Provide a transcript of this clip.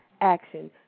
action